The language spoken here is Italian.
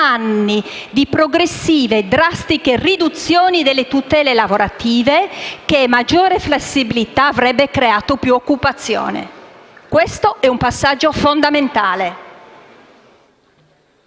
di progressive e drastiche riduzioni delle tutele lavorative, in base alla quale maggiore flessibilità avrebbe creato più occupazione. Questo è un passaggio fondamentale.